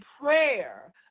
prayer